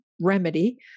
remedy